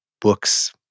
books